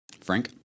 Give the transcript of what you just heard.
Frank